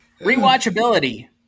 Rewatchability